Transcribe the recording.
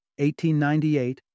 1898